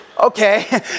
Okay